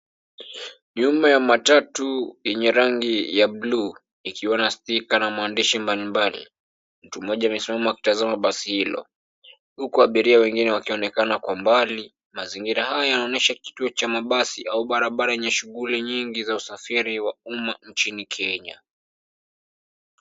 Nyuma ya matatu yenye rangi ya bluu ikiwa na stika na maandishi mbalimbali. Mtu mmoja amesimama akitazama basi hilo huku abiria wengine wakionekana kwa mbali. Mazingira haya yanaonyesha kituo cha mabasi au barabara yenye shughuli nyingi za usafiri wa umma nchini Kenya.